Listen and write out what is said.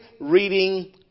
reading